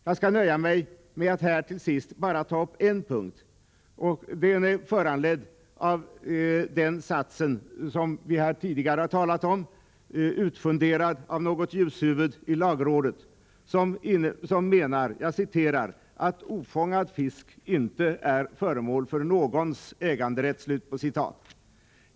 Jag skall nöja mig med att här till sist bara ta upp en punkt, föranledd av den sats som vi tidigare har talat om och som är utfunderad av något ljushuvud i lagrådet som menar ”att ofångad fisk inte är föremål för någons äganderätt”.